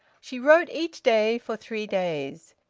she wrote each day for three days.